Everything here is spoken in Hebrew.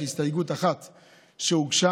יש הסתייגות אחת שהוגשה,